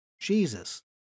Jesus